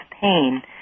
pain